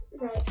Right